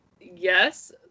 yes